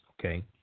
okay